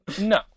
No